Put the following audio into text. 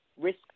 risk